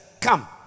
come